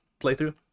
playthrough